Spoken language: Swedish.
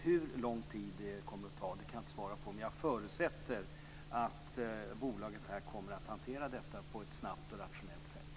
Hur lång tid det kommer att ta kan jag inte svara på, men jag förutsätter att bolaget kommer att hantera detta snabbt och på ett rationellt sätt.